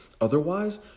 Otherwise